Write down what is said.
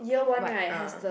but uh